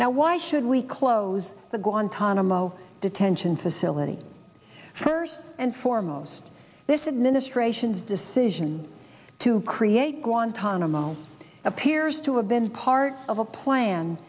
now why should we close the guantanamo detention facility first and foremost this administration's decision to create guantanamo appears to have been part of a plan